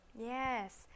Yes